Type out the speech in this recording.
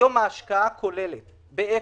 היום ההשקעה הכוללת באקוויטי,